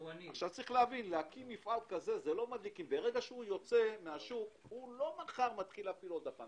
ברגע שהוא יוצא מהשוק הוא לא מחר מתחיל להפעיל עוד הפעם.